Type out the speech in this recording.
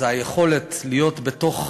זה היכולת להיות בתוך